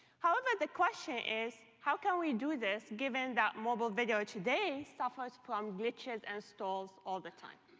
however, the question is, how can we do this, given that mobile video today suffers from glitches and stalls all the time.